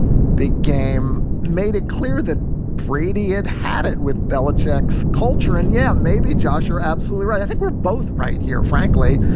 big game, made it clear that brady had had it with belichick's culture. and yeah, maybe josh, you're absolutely right. i think we're both right here, frankly.